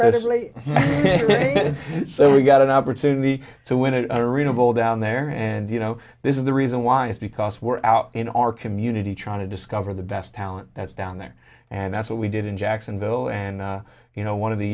good so we got an opportunity to win it a readable down there and you know this is the reason why is because we're out in our community trying to discover the best talent that's down there and that's what we did in jacksonville and you know one